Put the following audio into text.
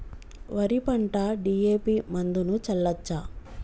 వరి పంట డి.ఎ.పి మందును చల్లచ్చా?